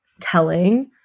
telling